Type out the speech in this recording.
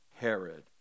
Herod